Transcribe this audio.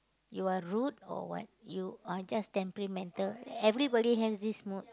you are rude or what you are just temperamental everybody has this mood